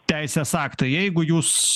teisės aktai jeigu jūs